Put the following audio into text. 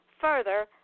further